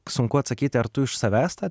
sunku atsakyti ar tu iš savęs tą